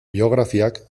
biografiak